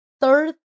third